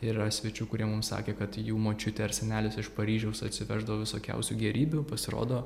ir yra svečių kurie mums sakė kad jų močiutė ar senelis iš paryžiaus atsiveždavo visokiausių gėrybių pasirodo